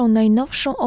najnowszą